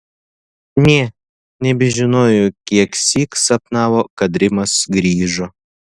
nė nebežinojo kieksyk sapnavo kad rimas grįžo